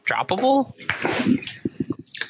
droppable